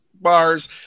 bars